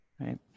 Right